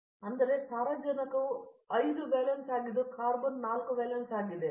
ವಿಶ್ವನಾಥನ್ ಸಾರಜನಕವು 5 ವೇಲೆನ್ಸ್ ಆಗಿದ್ದು carbon 4 valence ಆಗಿದೆ